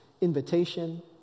invitation